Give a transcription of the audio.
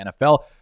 nfl